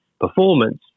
performance